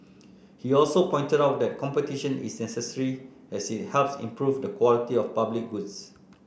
he also pointed out that competition is necessary as it helps improve the quality of public goods